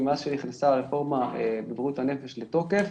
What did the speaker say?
מאז שנכנסה הרפורמה בבריאות הנפש לתוקף,